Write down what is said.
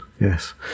yes